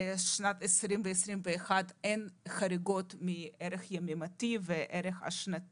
בשנת 2020 ו-2021 אין חריגות מערך יומי ושנתי,